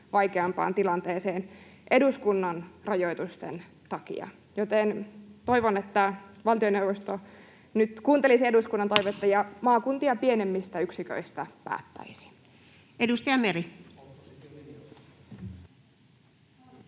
vaikeampaan tilanteeseen eduskunnan rajoitusten takia. Toivon, että valtioneuvosto nyt kuuntelisi eduskunnan toivetta ja päättäisi maakuntia pienemmistä yksiköistä. [Timo Heinonen: